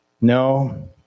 No